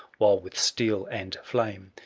while, with steel and flame,